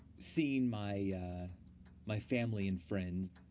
seeing my my family and friends.